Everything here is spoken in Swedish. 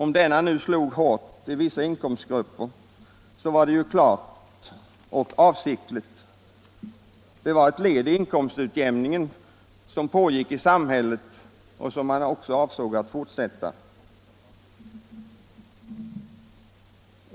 Om denna nu slog hårt i vissa inkomstgrupper var det klart avsiktligt. Det var ett led i den inkomstutjämning som pågick i samhället och som man avsåg att fortsätta.